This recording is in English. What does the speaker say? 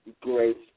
great